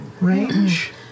range